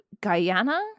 Guyana